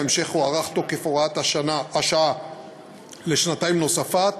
בהמשך הוארך תוקף הוראת השעה לשנתיים נוספות,